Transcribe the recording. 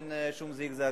אין שום זיגזג,